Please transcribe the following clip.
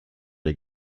les